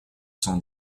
cent